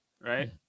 right